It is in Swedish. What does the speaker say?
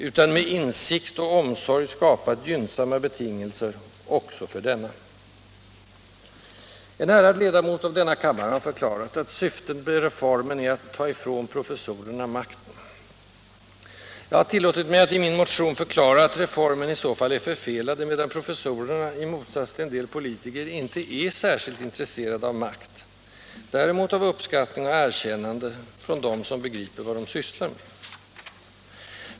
— utan med insikt och omsorg skapat gynnsamma betingelser också för denna. En ärad ledamot av denna kammare har förklarat att syftet med ”reformen” är att ”ta ifrån professorerna makten”. Jag har tillåtit mig att i min motion förklara att reformen i så fall är förfelad, emedan professorerna — i motsats till en del politiker — inte är särskilt intresserade av makt, däremot av uppskattning och erkännande från dem som begriper vad de sysslar med.